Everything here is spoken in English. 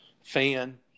fan